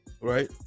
Right